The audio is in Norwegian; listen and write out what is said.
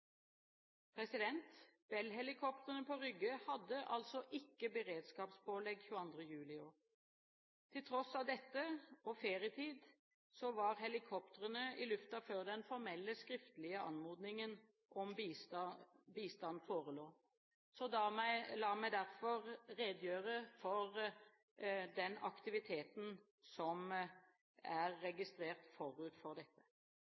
på Rygge hadde altså ikke beredskapspålegg 22. juli i år. På tross av dette, og ferietid, var helikoptrene i lufta før den formelle skriftlige anmodningen om bistand forelå. Så la meg derfor redegjøre for den aktiviteten som er registrert forut for dette: